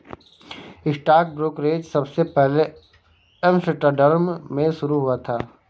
stock brokerage सबसे पहले Amsterdam में शुरू हुआ था